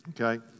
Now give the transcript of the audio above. Okay